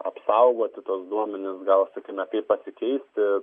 apsaugoti tuos duomenis gal sakykime kaip pasikeisti